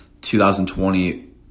2020